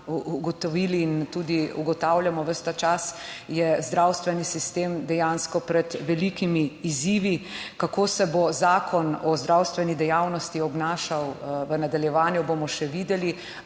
ugotovili in tudi ugotavljamo ves ta čas, je zdravstveni sistem dejansko pred velikimi izzivi. Kako se bo zakon o zdravstveni dejavnosti obnašal v nadaljevanju, bomo še videli,